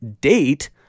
Date